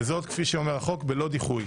וזאת, כפי שאומר החוק בלא דיחוי.